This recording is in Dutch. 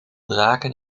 draken